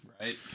Right